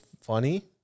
funny